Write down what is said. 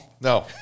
No